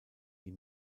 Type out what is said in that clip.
die